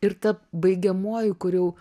ir ta baigiamuoji kur jau